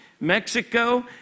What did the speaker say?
Mexico